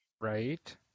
Right